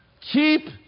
Keep